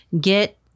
get